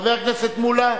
חבר הכנסת מולה?